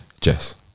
Jess